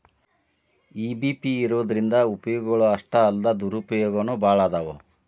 EBP ಇರೊದ್ರಿಂದಾ ಉಪಯೊಗಗಳು ಅಷ್ಟಾಲ್ದ ದುರುಪಯೊಗನೂ ಭಾಳದಾವ್